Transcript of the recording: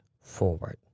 forward